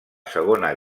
segona